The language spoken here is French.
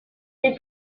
des